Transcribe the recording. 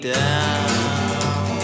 down